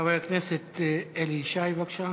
חבר הכנסת אלי ישי, בבקשה.